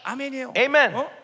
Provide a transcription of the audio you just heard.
Amen